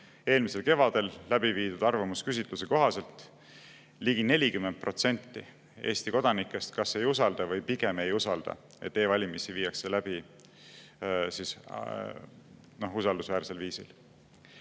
Eelmisel kevadel tehtud arvamusküsitluse kohaselt ligi 40% Eesti kodanikest kas ei usalda või pigem ei usalda, et e‑valimisi viiakse läbi usaldusväärsel viisil.